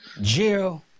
Jill